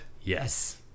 Yes